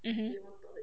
mmhmm